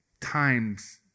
times